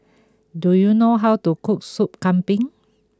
do you know how to cook Soup Kambing